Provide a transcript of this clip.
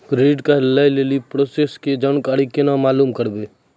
Credit card लय लेली process के जानकारी केना मालूम करबै?